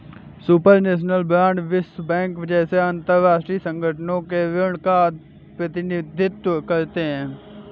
supranational bond विश्व bank जैसे अंतरराष्ट्रीय संगठनों के ऋण का प्रतिनिधित्व करते हैं